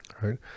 right